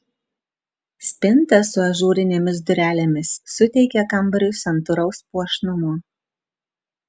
spinta su ažūrinėmis durelėmis suteikia kambariui santūraus puošnumo